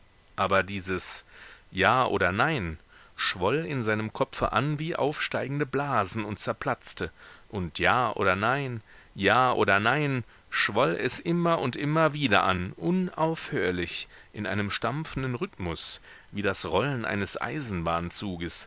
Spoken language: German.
aber dieses ja oder nein schwoll in seinem kopfe an wie aufsteigende blasen und zerplatzte und ja oder nein ja oder nein schwoll es immer und immer wieder an unaufhörlich in einem stampfenden rhythmus wie das rollen eines